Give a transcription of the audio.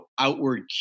outward